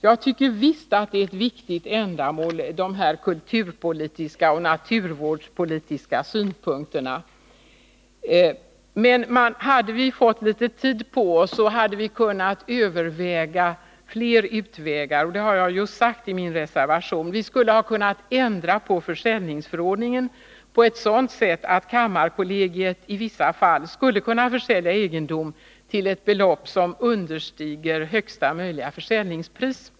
Jag tycker visst att de kulturpolitiska och naturvårdspolitiska synpunkterna är viktiga, men om vi hade fått litet bättre tid på oss hade vi kunnat överväga fler utvägar. Och det har jag sagt i min reservation: Vi skulle ha kunnat ändra försäljningsförordningen på ett sådant sätt att kammarkollegiet i vissa fall skulle kunna försälja egendom till ett belopp som understiger högsta möjliga försäljningspris.